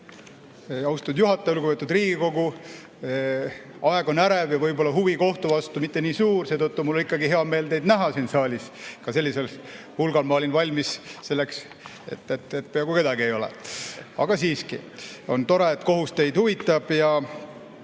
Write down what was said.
austatud juhataja! Lugupeetud Riigikogu! Aeg on ärev ja võib-olla huvi kohtu vastu ei ole mitte nii suur, seetõttu on mul ikkagi hea meel teid näha siin saalis ka sellisel hulgal. Ma olin valmis selleks, et peaaegu kedagi ei ole. Aga siiski on tore, et kohtu[teema] teid huvitab.